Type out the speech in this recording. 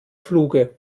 fluge